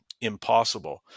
impossible